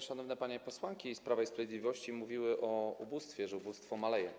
Szanowne panie posłanki z Prawa i Sprawiedliwości mówiły o ubóstwie, o tym, że ubóstwo maleje.